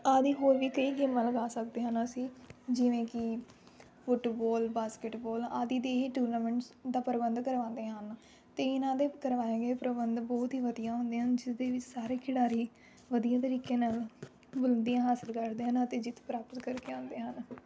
ਆਦਿ ਹੋਰ ਵੀ ਕਈ ਗੇਮਾਂ ਲਗਾ ਸਕਦੇ ਹਨ ਅਸੀਂ ਜਿਵੇਂ ਕਿ ਫੁੱਟਬਾਲ ਬਾਸਕਿਟਬਾਲ ਆਦਿ ਦੇ ਇਹ ਟੂਰਨਾਮੈਂਟਸ ਦਾ ਪ੍ਰਬੰਧ ਕਰਵਾਉਂਦੇ ਹਨ ਅਤੇ ਇਹਨਾਂ ਦੇ ਕਰਵਾਏ ਗਏ ਪ੍ਰਬੰਧ ਬਹੁਤ ਹੀ ਵਧੀਆ ਹੁੰਦੇ ਹਨ ਜਿਸਦੇ ਵਿੱਚ ਸਾਰੇ ਖਿਡਾਰੀ ਵਧੀਆ ਤਰੀਕੇ ਨਾਲ ਬੁਲੰਦੀਆਂ ਹਾਸਲ ਕਰਦੇ ਹਨ ਅਤੇ ਜਿੱਤ ਪ੍ਰਾਪਤ ਕਰਕੇ ਆਉਂਦੇ ਹਨ